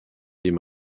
dem